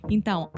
Então